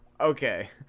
okay